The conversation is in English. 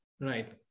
right